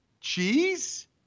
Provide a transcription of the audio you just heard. cheese